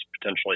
potentially